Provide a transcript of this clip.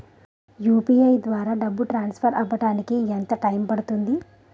UPI ద్వారా డబ్బు transfer అవ్వడానికి ఎంత టైం పడుతుంది?